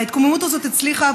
ההתקוממות הזאת הצליחה,